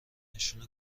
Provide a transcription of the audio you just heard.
نشون